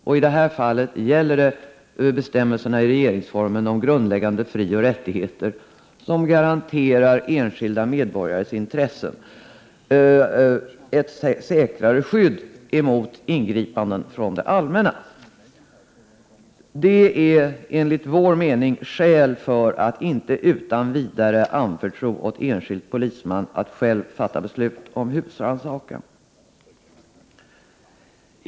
I detta fall gäller det bestämmelserna i regeringsformen om grundläggande frioch rättigheter som garanterar enskilda medborgares intressen ett säkrare skydd emot ingripanden från det allmänna. Det är enligt vår mening skäl för att inte utan vidare anförtro åt enskild polisman att själv fatta beslut om husrannsakan.